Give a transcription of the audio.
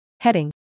Heading